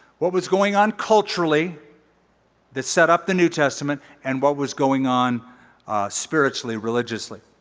what was going on culturally that set up the new testament? and what was going on spiritually, religiously?